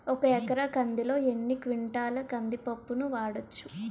ఒక ఎకర కందిలో ఎన్ని క్వింటాల కంది పప్పును వాడచ్చు?